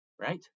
right